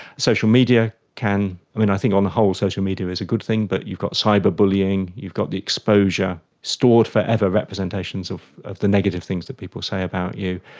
social media can, i mean, i think on the whole social media is a good thing, but you've got cyber bullying, you've got the exposure, stored forever representations of of the negative things that people say about you,